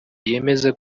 yemeze